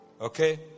okay